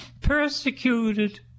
persecuted